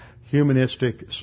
humanistic